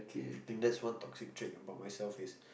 I think there's one toxic about myself is